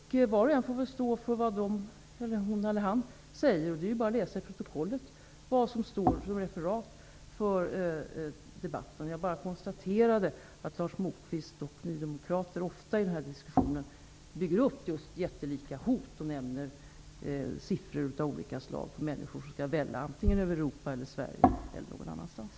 Var och en får väl stå för vad hon eller han säger. Det är bara att läsa i protokollet vad som står som referat från debatten. Jag konstaterade bara att Lars Moquist och nydemokraterna i dessa diskussioner ofta bygger upp jättelika hot och nämner siffror på människor som skall välla över Europa, Sverige eller något annat land.